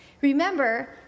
Remember